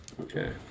Okay